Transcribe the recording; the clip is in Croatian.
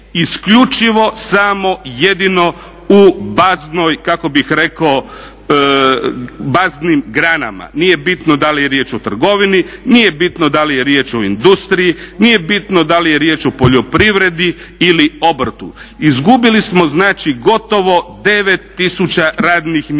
Isključivo samo jedino u baznoj kako bih rekao, baznim granama. Nije bitno da li je riječ o trgovini, nije bitno da li je riječ o industriji, nije bitno da li je riječ o poljoprivredi ili obrtu. Izgubili smo znači gotovo 9 tisuća radnih mjesta,